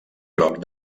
groc